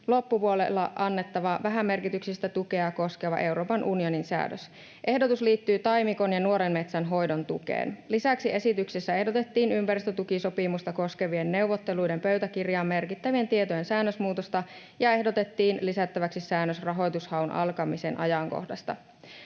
loppupuolella annettava vähämerkityksistä tukea koskeva Euroopan unionin säädös. Ehdotus liittyy taimikon ja nuoren metsän hoidon tukeen. Lisäksi esityksessä ehdotettiin ympäristötukisopimusta koskevien neuvotteluiden pöytäkirjaan merkittävien tietojen säännösmuutosta ja ehdotettiin lisättäväksi säännös rahoitushaun alkamisen ajankohdasta.